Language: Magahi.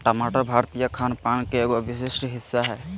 टमाटर भारतीय खान पान के एगो विशिष्ट हिस्सा हय